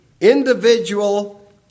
Individual